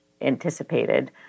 anticipated